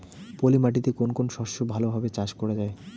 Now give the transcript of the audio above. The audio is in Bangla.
পলি মাটিতে কোন কোন শস্য ভালোভাবে চাষ করা য়ায়?